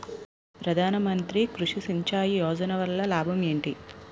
ప్రధాన మంత్రి కృషి సించాయి యోజన వల్ల లాభం ఏంటి?